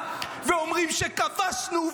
ואומרים שכבשנו,